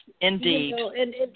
indeed